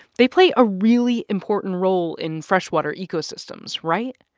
they play a really important role in freshwater ecosystems, right?